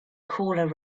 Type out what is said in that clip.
caller